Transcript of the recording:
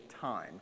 time